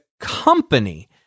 company